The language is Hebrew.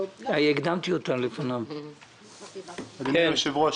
אדוני היושב-ראש,